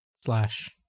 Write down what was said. Slash